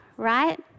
Right